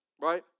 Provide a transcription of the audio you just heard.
Right